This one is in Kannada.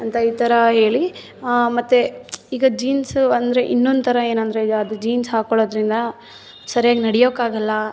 ಅಂತ ಈ ಥರ ಹೇಳಿ ಮತ್ತೆ ಈಗ ಜೀನ್ಸು ಅಂದರೆ ಇನ್ನೊಂಥರ ಏನೆಂದ್ರೆ ಅದು ಜೀನ್ಸ್ ಹಾಕ್ಕೊಳೋದ್ರಿಂದ ಸರಿಯಾಗಿ ನಡಿಯೋಕ್ಕೆ ಆಗೊಲ್ಲ